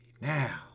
Now